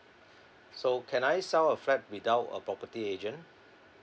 so can I sell a flat without a property agent